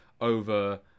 over